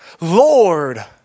Lord